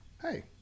hey